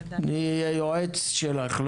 אני אהיה יועץ שלך.